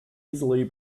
easily